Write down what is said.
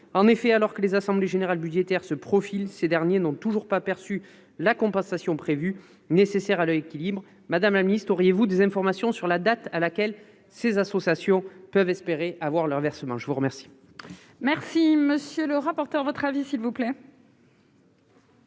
le Nord. Alors que les assemblées générales budgétaires se profilent, ces clubs n'ont toujours pas perçu la compensation prévue, qui est pourtant nécessaire à leur équilibre. Madame la ministre, auriez-vous des informations sur la date à laquelle ces associations peuvent espérer recevoir leur versement ? Quel